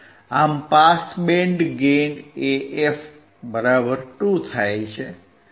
આમ pass band gain AF2